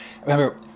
Remember